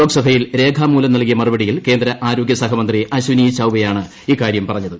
ലോക്സഭയിൽ രേഖാമൂലം നൽകിയ മറുപടിയിൽ കേന്ദ്ര ആരോഗ്യ സഹമന്ത്രി അശ്വിനി ചൌബെയാണ് ഇക്കാര്യം പറഞ്ഞത്